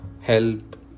help